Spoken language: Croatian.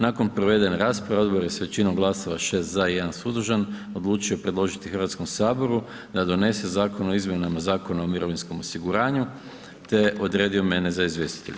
Nakon provedene rasprave odbor je s većinom glasova 6 za i 1 suzdržan odlučio predložiti Hrvatskom saboru da donese Zakon o izmjenama Zakona o mirovinskom osiguranju te odredio mene za izvjestitelja.